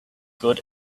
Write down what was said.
good